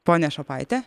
ponia šopaite